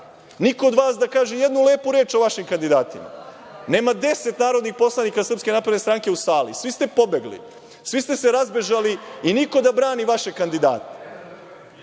Niko od vas da kaže jednu lepu reč o vašim kandidatima. Nema deset narodnih poslanika Srpske napredne stranke u sali. Svi ste pobegli. Svi ste se razbežali i niko da brani vaše kandidate.